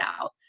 out